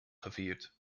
gevierd